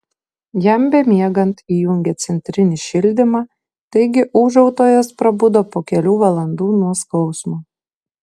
jam bemiegant įjungė centrinį šildymą taigi ūžautojas prabudo po kelių valandų nuo skausmo